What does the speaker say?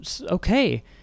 okay